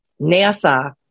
NASA